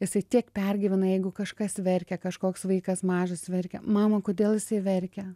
jisai tiek pergyvena jeigu kažkas verkia kažkoks vaikas mažas verkia mama kodėl jisai verkia